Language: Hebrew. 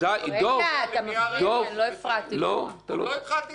עוד לא התחלתי להביא אותו.